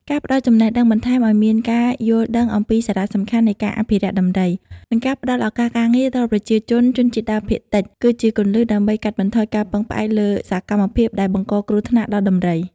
ការផ្តល់ចំណេះដឹងបន្ថែមឲ្យមានការយល់ដឹងអំពីសារៈសំខាន់នៃការអភិរក្សដំរី និងការផ្តល់ឱកាសការងារដល់ប្រជាជនជនជាតិដើមភាគតិច គឺជាគន្លឹះដើម្បីកាត់បន្ថយការពឹងផ្អែកលើសកម្មភាពដែលបង្កគ្រោះថ្នាក់ដល់ដំរី។